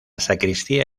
sacristía